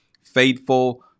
Faithful